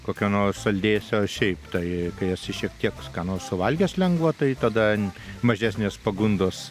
kokio nors saldėsio šiaip tai kai esi šiek tiek skanaus suvalgęs lengvo tai tada mažesnės pagundos